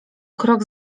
krok